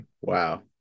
Wow